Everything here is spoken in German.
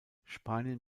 spanien